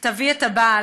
תביאי את הבעל.